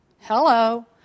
Hello